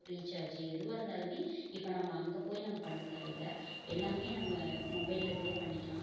ரீச்சார்ஜி எதுவாக இருந்தாலுமே இப்போ நம்ப அங்கே போய் நம்ம பண்ண தேவையில்லை எல்லாமே நம்ம மொபைல்லருந்தே பண்ணிக்கலாம்